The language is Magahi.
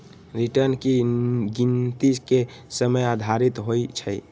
रिटर्न की गिनति के समय आधारित होइ छइ